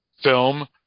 film